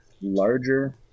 larger